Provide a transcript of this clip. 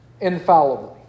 infallibly